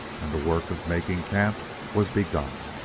and the work of making camp was begun